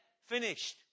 finished